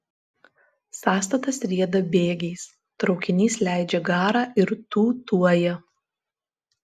sąstatas rieda bėgiais traukinys leidžia garą ir tūtuoja